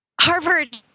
Harvard